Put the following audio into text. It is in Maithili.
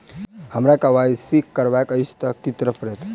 हमरा केँ वाई सी करेवाक अछि तऽ की करऽ पड़तै?